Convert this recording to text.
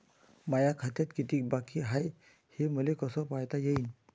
माया खात्यात कितीक बाकी हाय, हे मले कस पायता येईन?